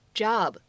job